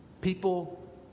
People